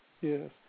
Yes